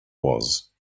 was